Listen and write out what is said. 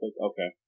Okay